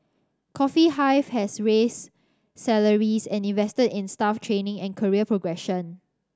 Coffee Hive has raised salaries and invested in staff training and career progression